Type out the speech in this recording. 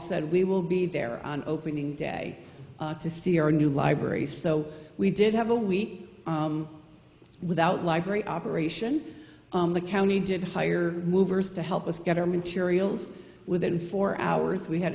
said we will be there on opening day to see our new library so we did have a week without library operation in the county did the fire movers to help us get our materials within four hours we had